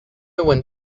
went